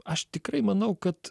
aš tikrai manau kad